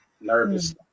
Nervous